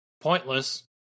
Pointless